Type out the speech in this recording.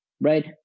right